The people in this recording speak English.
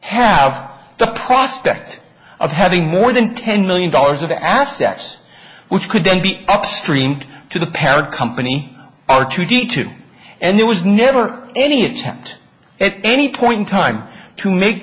have the prospect of having more than ten million dollars of assets which could then be upstream to the parent company r two d two and there was never any attempt at any point in time to make